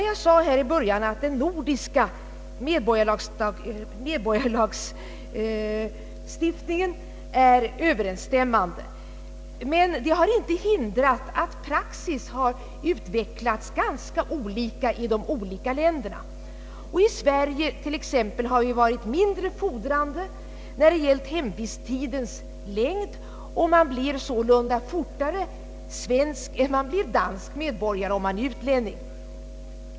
Jag sade i början, att den nordiska medborgarskapslagstiftningen är Ööverensstämmande, men det har inte hindrat att praxis har utvecklats ganska olika inom de olika länderna. I Sverige t.ex. har vi varit mindre fordrande när det gällt hemvisttidens längd, och man blir sålunda fortare svensk än man blir dansk medborgare, om man är utlänning.